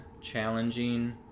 challenging